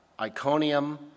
Iconium